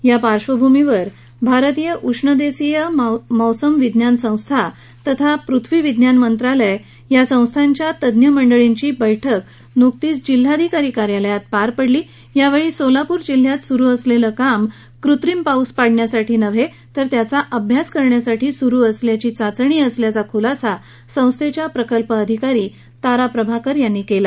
या पार्श्वभूमीवर भारतीय उष्णदेशीय मौसम विज्ञान संस्था तथा पुथ्वी विज्ञान मंत्रालय भारत सरकार या संस्थेच्या तज्ञमंडळीची नुकती बैठक जिल्हाधिकारी कार्यालयात पार पडली यावेळी सोलापूर जिल्ह्यात सुरु असलेले काम कृत्रिम पाऊस पाडण्यासाठी नाही तर त्याच्या अभ्यास करण्यासाठी सुरू करण्याची आलेली चाचणी असल्याचा खुलासा संस्थेच्या प्रकल्प अधिकारी तारा प्रभाकर यांनी केला